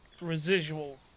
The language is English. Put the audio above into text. residual